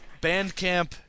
Bandcamp